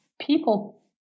people